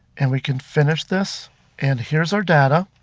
and we can finish this and here's our data